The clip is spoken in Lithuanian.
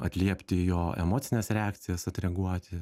atliepti jo emocines reakcijas atreaguoti